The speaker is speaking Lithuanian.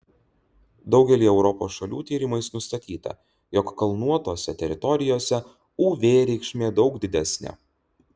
daugelyje europos šalių tyrimais nustatyta jog kalnuotose teritorijose uv reikšmė daug didesnė